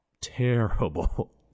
Terrible